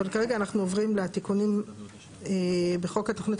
אבל כרגע אנחנו עוברים לתיקונים בחוק התוכנית